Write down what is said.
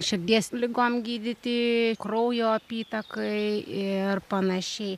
širdies ligom gydyti kraujo apytakai ir panašiai